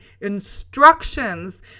instructions